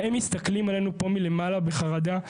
הם מסתכלים עלינו פה מלמעלה בחרדה.